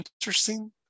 interesting